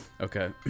Okay